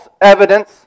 evidence